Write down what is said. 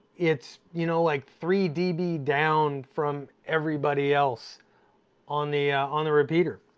it's you know like three db down from everybody else on the on the repeater.